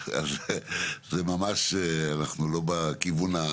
זה ממש לא הכיוון.